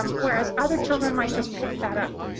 um whereas other children might just pick that up.